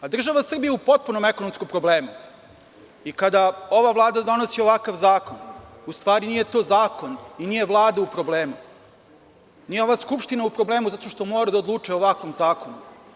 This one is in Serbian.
Država Srbija je u potpuno ekonomskom problemu i kada ova Vlada donosi ovakav zakon, u stvari nije to zakon i nije Vlada u problemu, nije ova Skupština u problemu zato što mora da odlučuje o ovakvom zakonu.